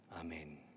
Amen